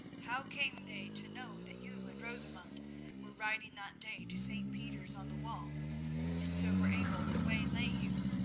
how came they to know that you and rosamund were riding that day to st. peter's-on-the-wall, and so were able to waylay you?